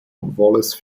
wallace